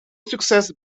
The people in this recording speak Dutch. succes